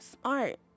smart